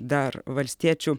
dar valstiečių